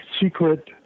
secret